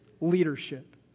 leadership